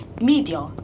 Media